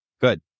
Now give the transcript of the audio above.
Good